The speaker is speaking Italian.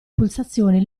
pulsazioni